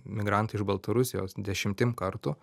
migrantai iš baltarusijos dešimtim kartų